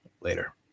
later